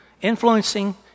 Influencing